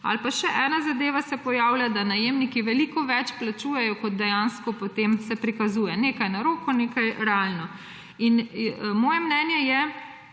Ali pa še ena zadeva se pojavlja, da najemniki veliko več plačujejo, kot dejansko potem se prikazuje; nekaj na roko, nekaj realno. Moje mnenje je,